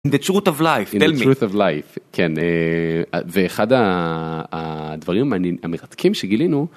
כן, ואחד הדברים המרתקים שגילינו